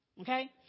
Okay